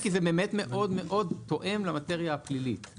כי זה באמת מאוד מאוד תואם למאטריה הפלילית.